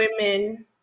women